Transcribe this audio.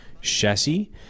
chassis